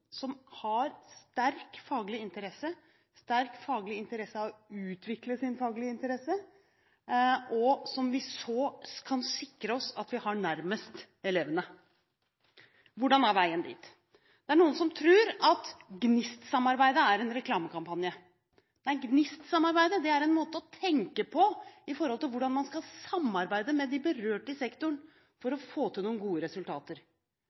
som har sterk faglig interesse av å utvikle sin faglige interesse, også er nærmest elevene? Hvordan er veien dit? Det er noen som tror at GNIST-samarbeidet er en reklamekampanje. Men GNIST-samarbeidet er en måte å tenke på i forhold til hvordan man skal samarbeide med de berørte i sektoren for å få til noen gode resultater.